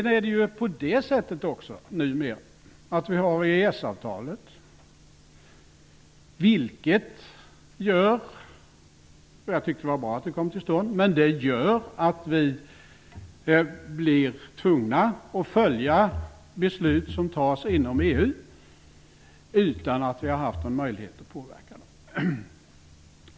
Numera har vi också EES-avtalet. Jag tycker att det var bra att det kom till stånd, men det gör att vi blir tvungna att följa beslut som fattas inom EU utan att vi har haft någon möjlighet att påverka dem.